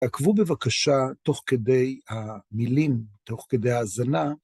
עקבו בבקשה תוך כדי המילים, תוך כדי ההאזנה.